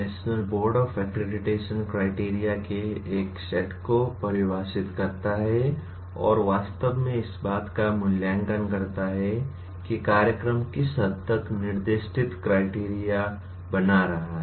national board of accreditation criteria के एक set को परिभाषित करता है और वास्तव में इस बात का मूल्यांकन करता है कि कार्यक्रम किस हद तक निर्दिष्ट क्राइटेरिया बना रहा है